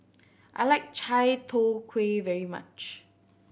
I like Chai Tow Kuay very much